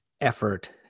effort